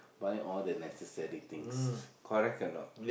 buy all the necessary things correct or not